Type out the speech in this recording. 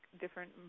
different